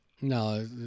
No